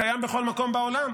קיים בכל מקום בעולם.